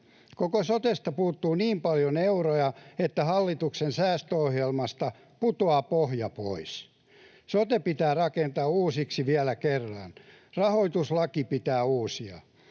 Koko sotesta puuttuu niin paljon euroja, että hallituksen säästöohjelmasta putoaa pohja pois. Sote pitää rakentaa uusiksi vielä kerran. Rahoituslaki pitää uusia.